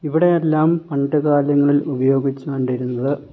ഇവിടെയെല്ലാം പണ്ടുകാലങ്ങളിൽ ഉപയോഗിച്ചുകൊണ്ടിരുന്നത്